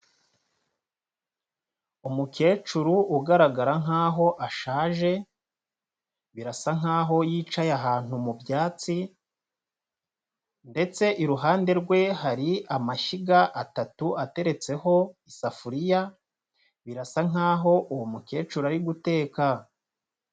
Umukecuru ugaragara nkaho ashaje birasa nkaho yicaye ahantu mubyatsi ndetse iruhande rwe hari amashyiga atatu ateretseho isafuriya birasa nkaho uwo mukecuru ari guteka.